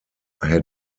had